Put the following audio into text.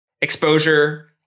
exposure